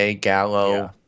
Gallo